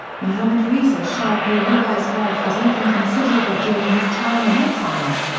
mohammad reza shah pahlavi's wealth was even considerable during his time in exile.